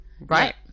right